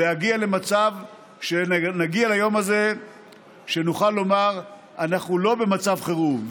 להגיע למצב שנגיע ליום הזה שנוכל לומר שאנחנו לא במצב חירום,